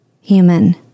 human